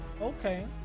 Okay